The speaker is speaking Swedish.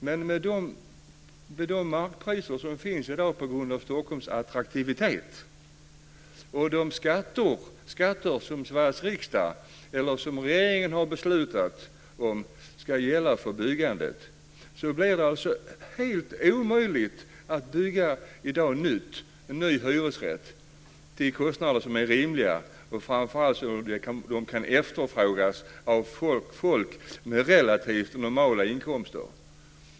Men med de markpriser som finns i dag på grund av Stockholms attraktivitet och de skatter som Sveriges riksdag eller regeringen har beslutat om ska gälla för byggandet blir det i dag helt omöjligt att bygga nya hyresrätter till kostnader som är rimliga, så att de kan efterfrågas av folk med relativt normala inkomster.